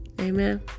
amen